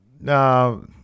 No